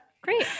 Great